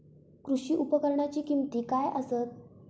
कृषी उपकरणाची किमती काय आसत?